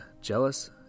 jealous